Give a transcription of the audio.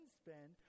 spend